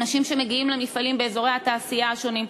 אנשים שמגיעים למפעלים באזורי התעשייה השונים,